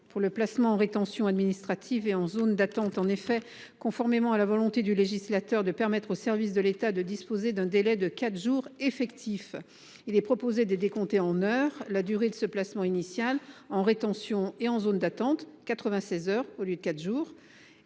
pour le placement en rétention administrative et en zone d’attente. Conformément à la volonté du législateur de permettre aux services de l’État de disposer d’un délai effectif de 4 jours, il est proposé de décompter en heures la durée du placement initial en rétention et en zone d’attente – soit 96 heures au lieu de 4 jours